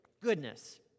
goodness